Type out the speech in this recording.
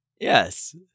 Yes